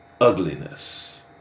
ugliness